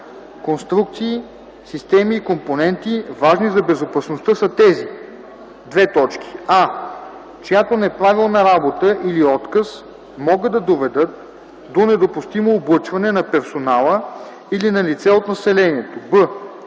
„Конструкции, системи и компоненти, важни за безопасността” са тези: а) чиято неправилна работа или отказ могат да доведат до недопустимо облъчване на персонала или на лице от населението; б)